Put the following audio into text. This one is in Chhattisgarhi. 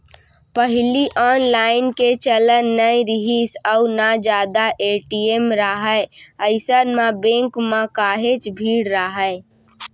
पहिली ऑनलाईन के चलन नइ रिहिस अउ ना जादा ए.टी.एम राहय अइसन म बेंक म काहेच भीड़ राहय